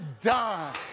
done